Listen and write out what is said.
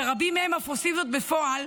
ורבים אף עושים זאת בפועל,